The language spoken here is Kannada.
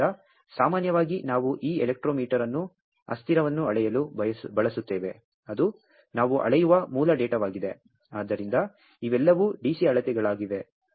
ಆದ್ದರಿಂದ ಸಾಮಾನ್ಯವಾಗಿ ನಾವು ಈ ಎಲೆಕ್ಟ್ರೋಮೀಟರ್ ಅನ್ನು ಅಸ್ಥಿರವನ್ನು ಅಳೆಯಲು ಬಳಸುತ್ತೇವೆ ಅದು ನಾವು ಅಳೆಯುವ ಮೂಲ ಡೇಟಾವಾಗಿದೆ ಆದ್ದರಿಂದ ಇವೆಲ್ಲವೂ ಡಿಸಿ ಅಳತೆಗಳಾಗಿವೆ